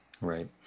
Right